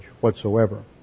whatsoever